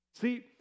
See